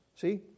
See